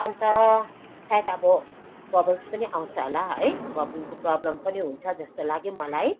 अन्त सायद अब बबल्स पनि आउँछ होला है अब बब्लिङको प्रबलम पनि हुन्छ जस्तो लाग्यो मलाई